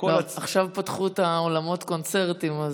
כל עכשיו פתחו את אולמות הקונצרטים,